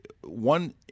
one